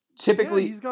typically